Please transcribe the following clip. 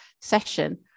session